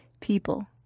people